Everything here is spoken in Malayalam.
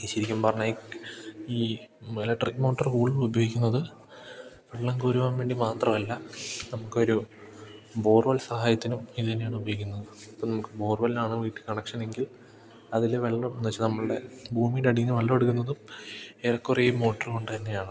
ഈ ശരിക്കും പറഞ്ഞാൽ ഈ ഇലക്ട്രിക് മോട്ടർ കൂടുതലും ഉപയോഗിക്കുന്നത് വെള്ളം കോരുവാൻ വേണ്ടി മാത്രമല്ല നമുക്ക് ഒരു ബോർവെൽ സഹായത്തിനും ഇത് തന്നെയാണ് ഉപയോഗിക്കുന്നത് ഇപ്പോൾ നമുക്ക് ബോർവെല്ലാണ് വീട്ടിൽ കണക്ഷനെങ്കിൽ അതിൽ വെള്ളം ഉപയോഗിച്ച് നമ്മുടെ ഭൂമിയുടെ അടീന്ന് വെള്ളം എടുക്കുന്നതും ഏറെ കുറെ ഈ മോട്ടർ കൊണ്ട് തന്നെയാണ്